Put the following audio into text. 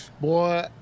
Boy